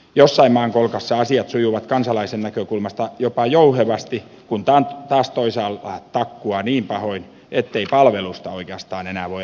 jossain maan kolkassa asiat sujuvat kansalaisen näkökulmasta jopa jouhevasti kun taas toisaalla takkuaa niin pahoin ettei palvelusta oikeastaan enää voida puhua